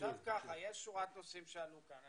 יש שורת נושאים שעלו כאן.